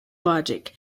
logic